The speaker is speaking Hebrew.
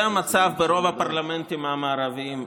זה המצב ברוב הפרלמנטים המערביים,